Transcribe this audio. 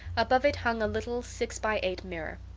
above it hung a little six-by-eight mirror.